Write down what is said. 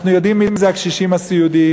אנחנו יודעים מי הקשישים הסיעודיים,